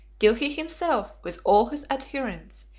till he himself, with all his adherents,